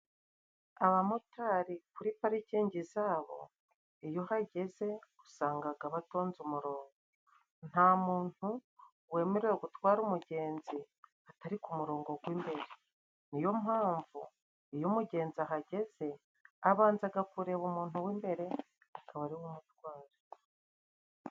Abamotari kuri parikingi zabo iyo uhageze usangaga batonnze umurongo. Nta muntu wemerewe gutwara umugenzi atari ku murongo gw'imbere. Niyo mpamvu iyo umugenzi ahageze abanzaga kureba umuntu w'imbere akaba ari we atwaye.